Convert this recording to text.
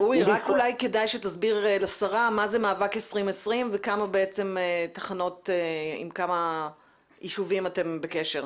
כדאי שתסביר לשרה מה זה מאבק 2020 ועם כמה ישובים אתם בקשר.